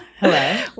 Hello